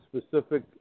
specific